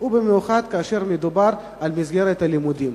ובמיוחד כאשר מדובר על מסגרת הלימודים.